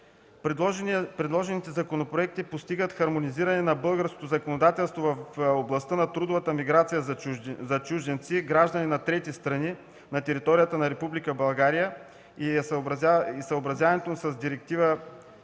предложените законопроекти постигат хармонизиране на българското законодателство в областта на трудовата миграция за чужденци и граждани на трети страни на територията на Република България и съобразяването му с Директива